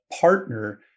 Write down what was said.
partner